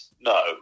No